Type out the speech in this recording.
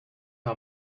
her